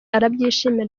arabyishimira